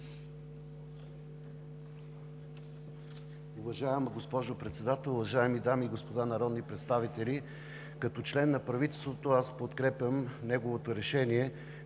Уважаема госпожо Председател, уважаеми дами и господа народни представители! Като член на правителството аз подкрепям неговото решение